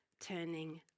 turning